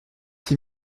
qui